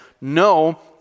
no